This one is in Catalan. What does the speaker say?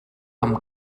amb